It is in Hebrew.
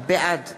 בעד